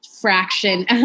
fraction